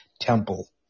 temple